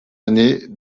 année